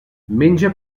menja